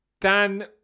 Dan